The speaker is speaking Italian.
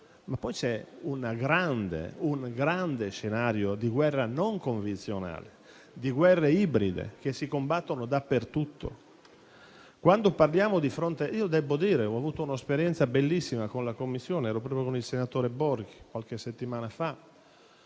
ma poi c'è un grande scenario di guerra non convenzionale, di guerre ibride che si combattono dappertutto. Devo dire che ho avuto un'esperienza bellissima con la Commissione, anche insieme al senatore Borghi, qualche settimana fa,